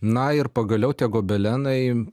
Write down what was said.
na ir pagaliau tie gobelenai